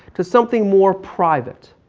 to something more private.